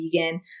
vegan